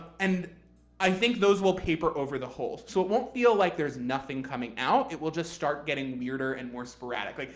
and i think those will paper over the hole. so it won't feel like there's nothing coming out. it will just start getting weirder and more sporadic. like